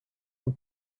were